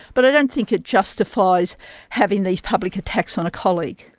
but i don't think it justifies having these public attacks on a colleague.